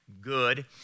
good